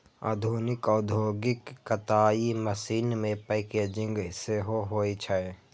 आधुनिक औद्योगिक कताइ मशीन मे पैकेजिंग सेहो होइ छै